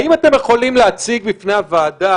האם אתם יכולים להציג בפני הוועדה?